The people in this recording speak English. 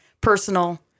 personal